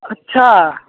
اچھا